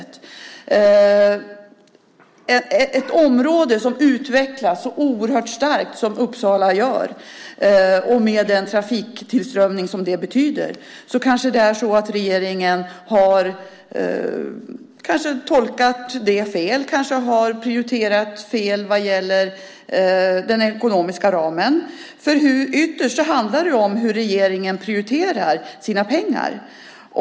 När det gäller ett område som utvecklas så oerhört starkt som Uppsala, och med den trafiktillströmning som det innebär, är det kanske så att regeringen tolkat det hela fel och prioriterat fel vad gäller den ekonomiska ramen, för ytterst handlar det ju om hur regeringen prioriterar sina pengar.